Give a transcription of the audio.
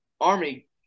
Army